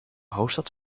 hoofdstad